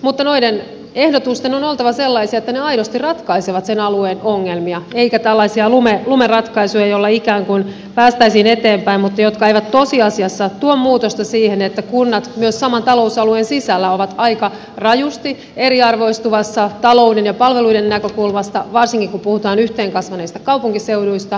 mutta noiden ehdotusten on oltava sellaisia että ne aidosti ratkaisevat sen alueen ongelmia eikä tällaisia lumeratkaisuja joilla ikään kuin päästäisiin eteenpäin mutta jotka eivät tosiasiassa tuo muutosta siihen että kunnat myös saman talousalueen sisällä ovat aika rajusti eriarvoistumassa talouden ja palveluiden näkökulmasta varsinkin kun puhutaan yhteen kasvaneista kaupunkiseuduista